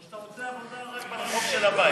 או שאתה רוצה עבודה רק ברחוב של הבית.